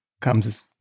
comes